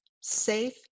safe